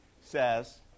says